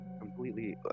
completely